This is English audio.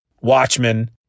Watchmen